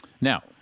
Now